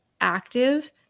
active